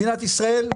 מדינת ישראל,